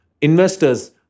investors